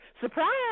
surprise